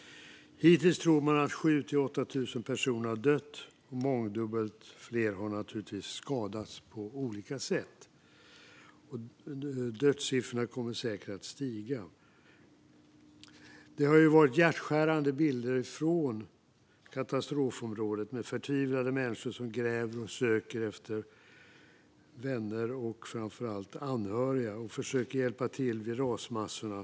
Hittills har minst 8 000 personer dött, och dödssiffrorna kommer säker att stiga. Mångdubbelt fler har givetvis skadats på olika sätt. Vi ser hjärtskärande bilder från katastrofområdet där förtvivlade människor gräver och söker efter anhöriga och vänner och försöker hjälpa till vid rasmassorna.